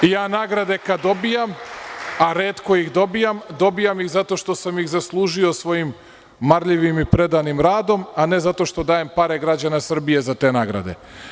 I, ja nagrade kad dobijam, a retko ih dobijam, dobijam zato što sam ih zaslužio svojim marljivim i predanim radom, a ne zato što dajem pare građana Srbije za te nagrade.